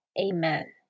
Amen